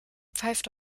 pfeift